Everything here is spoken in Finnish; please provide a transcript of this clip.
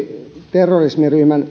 terroristiryhmän